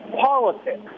politics